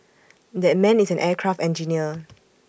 that man is an aircraft engineer